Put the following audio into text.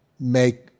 make